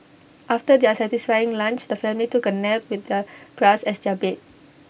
after their satisfying lunch the family took A nap with the grass as their bed